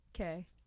Okay